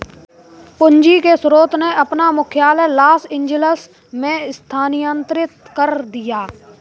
पूंजी के स्रोत ने अपना मुख्यालय लॉस एंजिल्स में स्थानांतरित कर दिया